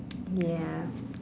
ya